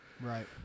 right